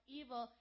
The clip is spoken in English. evil